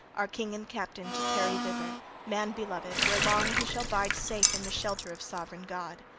our king and captain to carry thither man beloved where long he shall bide safe in the shelter of sovran god.